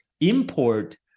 import